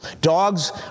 Dogs